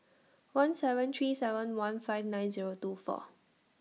one seven three seven one five nine Zero two four